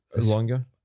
longer